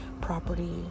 property